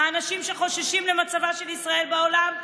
האנשים שחוששים למצבה של ישראל בעולם?